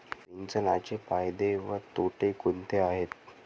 सिंचनाचे फायदे व तोटे कोणते आहेत?